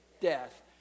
death